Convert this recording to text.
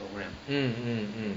mm mm mm